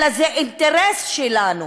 אלא זה אינטרס שלנו,